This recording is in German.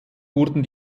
wurden